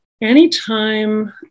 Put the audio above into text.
anytime